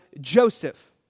Joseph